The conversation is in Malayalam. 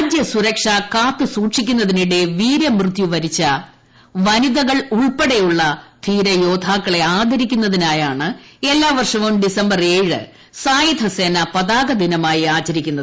രാജ്യസൂരക്ഷ കാത്തു സൂക്ഷിക്കുന്നതിനിടെ വീരമൃത്യു വരിച്ച വനിതകൾ ഉൾപ്പെടെയുള്ള ധീരയോദ്ധാക്കളെ ആദരിക്കുന്നതിനായാണ് എല്ലാ വർഷവും ഡിസംബർ ഏഴ് സായുധസേനാ പതാക ദിനമായി ആചരിക്കുന്നത്